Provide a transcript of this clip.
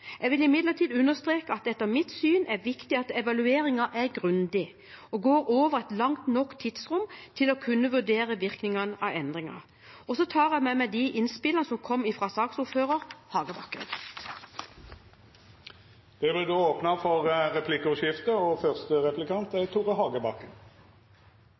Jeg vil imidlertid understreke at det etter mitt syn er viktig at evalueringen er grundig og går over et tidsrom langt nok til å kunne vurdere virkningene av endringen. Jeg tar med meg de innspillene som kom fra saksordføreren, representanten Hagebakken. Det